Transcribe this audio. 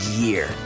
year